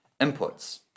inputs